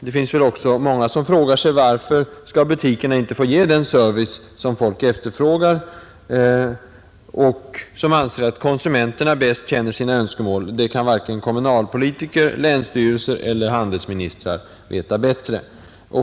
Det är väl också många som frågar sig varför butikerna inte skall få ge den service som folk efterfrågar och som anser att konsumenterna bäst känner sina önskemål. Det kan varken kommunalpolitiker, länsstyrelser eller handelsministrar veta bättre.